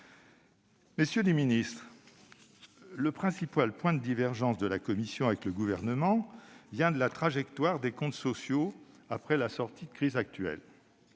Messieurs les ministres, le principal point de divergence de la commission avec le Gouvernement, sur ce PLFSS, vient de la trajectoire des comptes sociaux après la sortie de la crise actuelle.